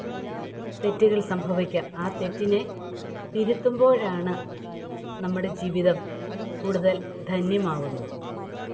തെറ്റുകൾ സംഭവിക്കാം ആ തെറ്റിനെ തിരുത്തുമ്പോഴാണ് നമ്മുടെ ജീവിതം കൂടുതൽ ധന്യമാവുന്നത്